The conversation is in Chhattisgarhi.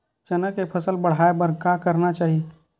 चना के फसल बढ़ाय बर का करना चाही?